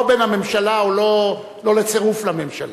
לא בין הממשלה או לא לצירוף לממשלה.